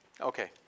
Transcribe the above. Okay